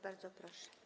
Bardzo proszę.